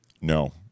No